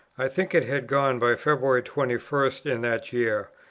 i think it had gone by february twenty first in that year,